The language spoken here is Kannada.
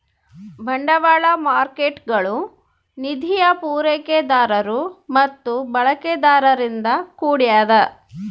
ಬಂಡವಾಳ ಮಾರ್ಕೇಟ್ಗುಳು ನಿಧಿಯ ಪೂರೈಕೆದಾರರು ಮತ್ತು ಬಳಕೆದಾರರಿಂದ ಕೂಡ್ಯದ